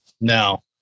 No